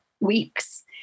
weeks